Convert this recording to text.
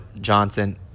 Johnson